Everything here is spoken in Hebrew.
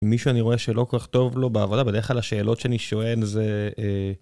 מי שאני רואה שלא כל כך טוב לו בעבודה, בדרך כלל השאלות שאני שואל זה...